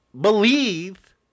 believe